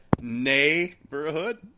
neighborhood